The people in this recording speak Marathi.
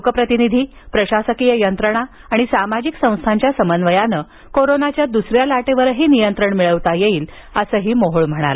लोकप्रतिनिधी प्रशासकीय यंत्रणा आणि सामाजिक संस्थांच्या समन्वयाने कोरोनाच्या दूसऱ्या लाटेवरही नियंत्रण आणता येईल असं ते म्हणाले